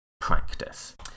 practice